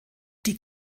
die